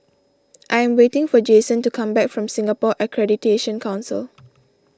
I am waiting for Jasen to come back from Singapore Accreditation Council